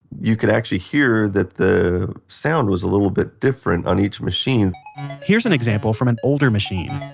you could actually hear that the sound was a little bit different on each machine here's an example from an older machine.